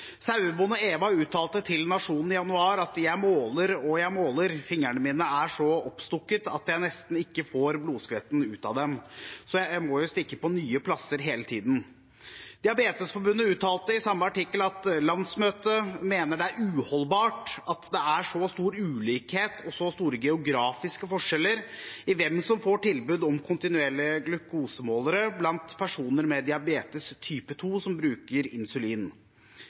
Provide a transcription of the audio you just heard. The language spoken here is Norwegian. Sauebonde Eva uttalte til Nationen i januar: «Jeg måler og måler og måler. Fingerne mine er så oppstukket at jeg nesten ikke får blodskvetten ut av dem, så jeg må jo stikke på nye plasser hele tiden.» Diabetesforbundet uttalte i samme artikkel: «Landsmøtet mener det er uholdbart at det er så stor ulikhet og store geografiske forskjeller i hvem som får tilbud om kontinuerlige glukosemålere blant personer med diabetes type 2 som bruker insulin.»